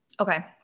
Okay